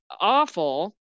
awful